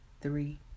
three